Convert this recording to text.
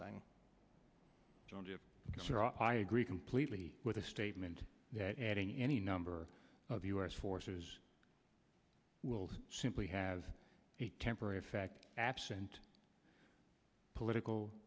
thing i agree completely with the statement that adding any number of u s forces will simply have a temporary effect absent political